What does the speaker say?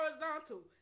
horizontal